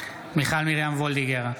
מיכל מרים וולדיגר,